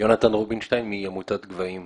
יונתן רובינשטיין, מעמותת גבהים.